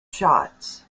shots